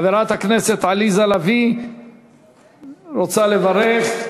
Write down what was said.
חברת הכנסת עליזה לביא רוצה לברך.